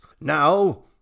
Now